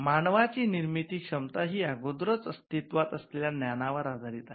मानवाची निर्मिती क्षमता ही अगोदरच अस्तित्वात असलेल्या ज्ञानावर आधारित आहे